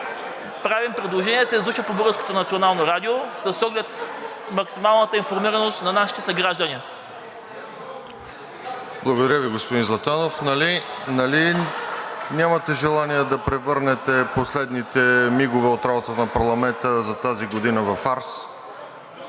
Правим предложение да се излъчи по Българското национално радио с оглед максималната информираност на нашите съграждани.